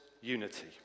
unity